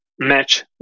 match